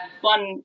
one